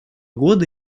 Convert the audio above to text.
года